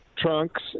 trunks